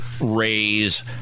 raise